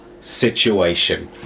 situation